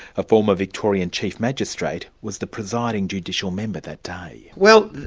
a former victorian chief magistrate, was the presiding judicial member that day. well,